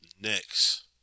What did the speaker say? next